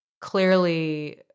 clearly